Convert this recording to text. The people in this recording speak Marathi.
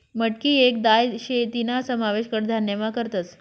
मटकी येक दाय शे तीना समावेश कडधान्यमा करतस